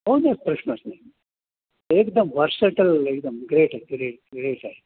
हो ना प्रश्नच नाही एकदम वर्सेटल एकदम ग्रेट ग्रेट ग्रेट आहे